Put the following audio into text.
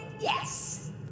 Yes